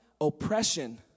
oppression